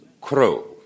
Crow